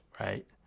right